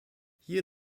hier